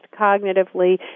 cognitively